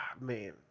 man